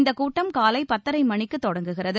இந்தக் கூட்டம் காலை பத்தரை மணிக்குத் தொடங்குகிறது